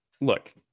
Look